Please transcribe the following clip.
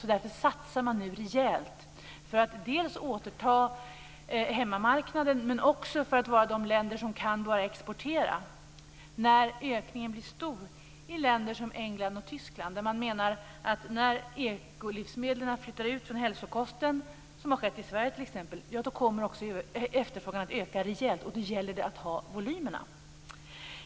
Därför satsar man nu rejält för att dels återta hemmamarknaden, dels vara de länder som kan börja exportera när ökningen blir stor i länder som England och Tyskland. Där menar man att när ekolivsmedlen flyttar ut från hälsokostaffärerna, som har skett i t.ex. Sverige, kommer efterfrågan att öka rejält och då gäller det att ha volymerna.